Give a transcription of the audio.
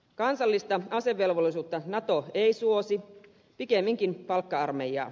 kansallista asevelvollisuutta nato ei suosi pikemminkin palkka armeijaa